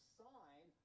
sign